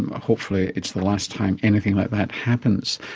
ah hopefully it's the last time anything like that happens.